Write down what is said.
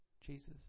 Jesus